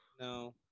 no